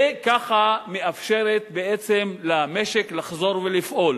וככה מאפשרת בעצם למשק לחזור ולפעול.